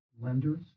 lenders